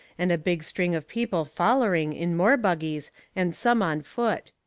and a big string of people follering in more buggies and some on foot.